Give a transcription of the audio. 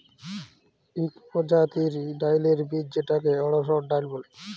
ইক পরজাতির ডাইলের বীজ যেটাকে অড়হর ডাল ব্যলে